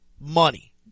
money